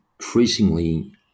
increasingly